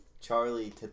Charlie